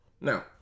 Now